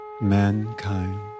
mankind